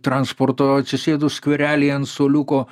transporto atsisėdus skverelyje ant suoliuko